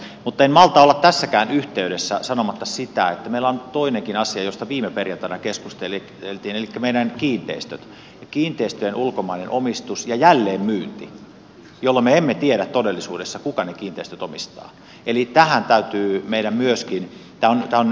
mutta en malta olla tässäkään yhteydessä sanomatta sitä että meillä on nyt toinenkin asia siitä viime perjantaina keskusteltiin johon meidän täytyy myöskin puuttua elikkä meidän kiinteistömme kiinteistöjen ulkomainen omistus ja jälleenmyynti jolloin me emme tiedä todellisuudessa kuka ne kiinteistöt omistaa eli tähän täytyy meillä myöskin tarvitaan